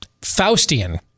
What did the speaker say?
Faustian